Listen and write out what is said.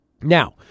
Now